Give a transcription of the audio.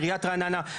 עיריית רעננה,